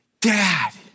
Dad